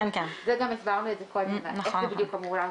גם הסברנו את זה קודם, איך זה בדיוק אמור לעבוד.